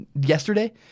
yesterday